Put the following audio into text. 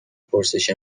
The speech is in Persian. پرسش